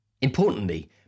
Importantly